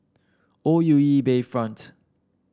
O U E Bayfront